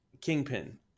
kingpin